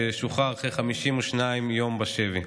ששוחרר אחרי 52 יום בשבי: